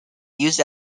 used